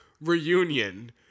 reunion